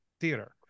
Theater